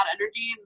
energy